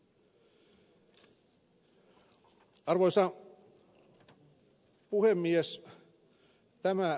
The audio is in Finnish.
arvoisa puhemies